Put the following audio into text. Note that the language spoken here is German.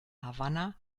havanna